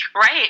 Right